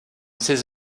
ses